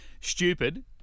stupid